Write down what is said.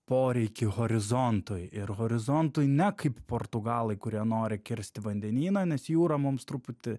poreikį horizontui ir horizontui ne kaip portugalai kurie nori kirsti vandenyną nes jūra mums truputį